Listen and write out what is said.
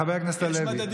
חבר הכנסת הלוי,